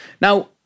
Now